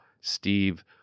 Steve